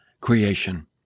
creation